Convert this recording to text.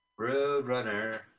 Roadrunner